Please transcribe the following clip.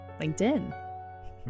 LinkedIn